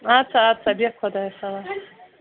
اَد سا اَد سا بیٚہہ خۄدایَس حوال